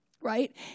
Right